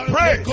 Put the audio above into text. Pray